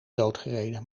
doodgereden